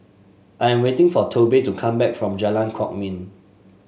I am waiting for Tobe to come back from Jalan Kwok Min